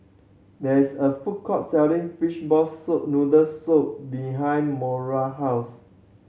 there is a food court selling fishball soup noodle soup behind Moira house